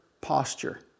posture